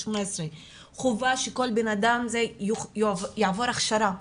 חובה שכל אדם כזה יעבור הכשרה,